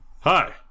Hi